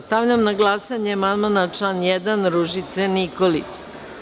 Stavljam na glasanje amandman na član 1. Ružice Nikolić.